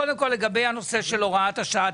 קודם כול, לגבי הנושא של הוראת השעה.